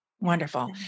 Wonderful